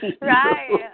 right